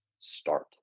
start